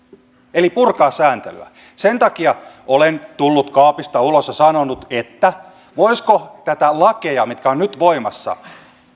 eli purkaa sääntelyä sen takia olen tullut kaapista ulos ja sanonut että voisiko näitä lakeja mitkä ovat nyt voimassa